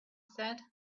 said